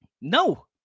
No